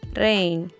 rain